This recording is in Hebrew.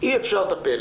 אפשר לטפל